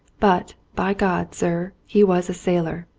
but, by god, sir, he was a sailor.